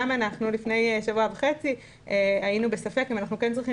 גם אנחנו לפני שבוע וחצי היינו בספק אם אנחנו כן צריכים